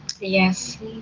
Yes